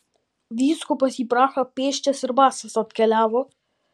vyskupas į prahą pėsčias ir basas atkeliavo